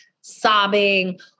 sobbing